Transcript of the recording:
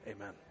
Amen